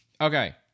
okay